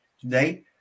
today